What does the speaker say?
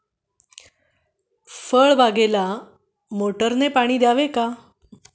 फळबागांना मोटारने पाणी द्यावे का?